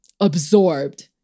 absorbed